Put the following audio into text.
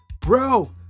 bro